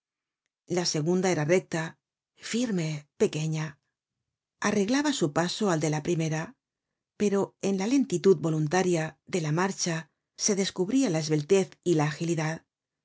la segunda era recta firme pequeña arreglaba su paso al de la primera pero en la lentitud voluntaria de la marcha se descubria la esbeltez y la agilidad